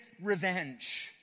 revenge